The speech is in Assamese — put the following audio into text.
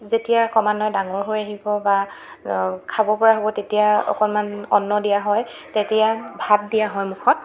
যেতিয়া ক্ৰমান্বয়ে ডাঙৰ হৈ আহিব বা খাব পৰা হ'ব তেতিয়া অকণমান অন্ন দিয়া হয় তেতিয়া ভাত দিয়া হয় মুখত